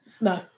No